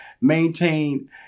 maintain